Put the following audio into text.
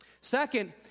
Second